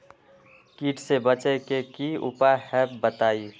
कीट से बचे के की उपाय हैं बताई?